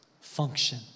Function